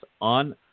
on